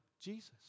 Jesus